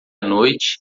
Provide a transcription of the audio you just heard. noite